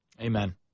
Amen